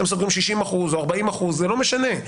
והם סוגרים 60% או 40%. זה לא משנה.